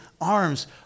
arms